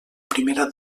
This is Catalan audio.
primera